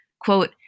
Quote